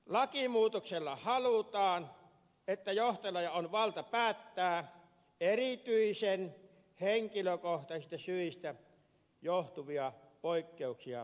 lakimuutoksella halutaan että johtajalla on valta päättää erityisen henkilökohtaisista syistä johtuvia poikkeuksia rajatusti